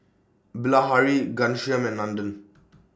Bilahari Ghanshyam and Nandan